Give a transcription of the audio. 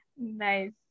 nice